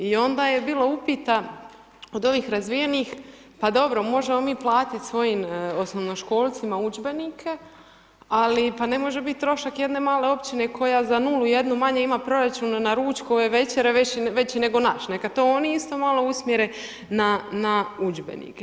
I onda je bilo upita od ovih razvijenih, pa dobro, možemo mi platiti svojim osnovnoškolcima udžbenike ali pa ne može biti trošak jedne male općine koja za nulu jednu manje ima proračun na ručkove, večere, veći nego naš, neka to oni isto malo usmjere na udžbenike.